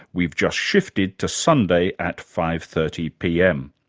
we've just shifted to sunday at five. thirty pm.